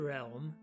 Realm